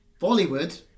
Bollywood